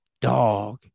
dog